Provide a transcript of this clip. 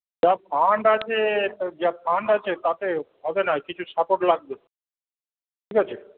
যা ফান্ড আছে তবে যা ফান্ড আছে তাতে হবেনা কিছু সাপোর্ট লাগবে ঠিক আছে